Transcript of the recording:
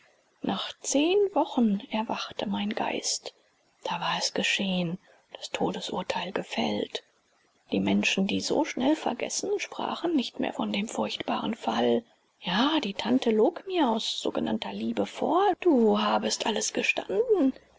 nach zehn wochen erwachte mein geist da war es geschehen das todesurteil gefällt die menschen die so schnell vergessen sprachen nicht mehr von dem furchtbaren fall ja die tante log mir aus sogenannter liebe vor du habest alles gestanden